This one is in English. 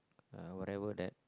uh whatever that